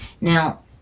Now